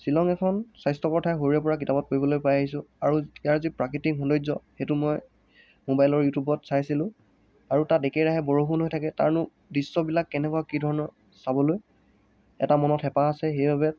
শ্বিলং এখন স্বাস্থ্য়কৰ ঠাই সৰুৰে পৰা কিতাপত পঢ়িবলৈ পাই আহিছোঁ আৰু ইয়াৰ যি প্ৰাকৃ্তিক সৌন্দৰ্য্য সেইটো মই মোবাইলৰ ইউটিউবত চাইছিলোঁ আৰু তাত একেৰাহে বৰষুণ হৈ থাকে তাৰনো দৃশ্যবিলাক কেনেকুৱা কি ধৰণৰ চাবলৈ এটা মনত হেপাহঁ আছে সেইবাবে